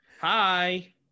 Hi